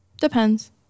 Depends